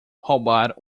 roubar